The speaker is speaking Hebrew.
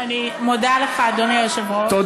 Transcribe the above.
אני מודה לך, אדוני היושב-ראש.